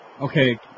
Okay